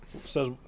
says